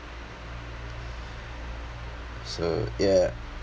so ya